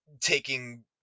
taking